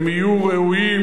הם יהיו ראויים.